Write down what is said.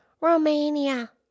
Romania